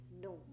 no